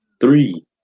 three